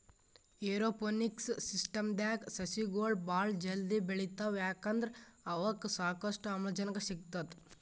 aeroponics ಸಿಸ್ಟಮ್ದಾಗ್ ಸಸಿಗೊಳ್ ಭಾಳ್ ಜಲ್ದಿ ಬೆಳಿತಾವ್ ಯಾಕಂದ್ರ್ ಅವಕ್ಕ್ ಸಾಕಷ್ಟು ಆಮ್ಲಜನಕ್ ಸಿಗ್ತದ್